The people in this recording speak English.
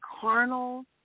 carnal